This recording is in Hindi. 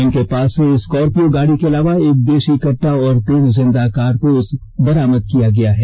इनके पास से स्कार्पियो गाड़ी के अलावा एक देशी कट्टा और तीन जिंदा कारतूस बरामद किया गया है